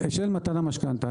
מתן המשכנתא.